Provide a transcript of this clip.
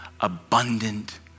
abundant